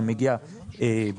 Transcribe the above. זה מגיע ב-95,